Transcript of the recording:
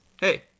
Hey